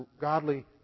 godly